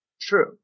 True